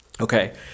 Okay